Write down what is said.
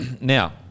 Now